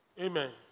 Amen